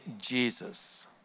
Jesus